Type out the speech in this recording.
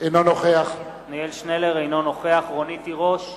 אינו נוכח רונית תירוש,